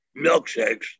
milkshakes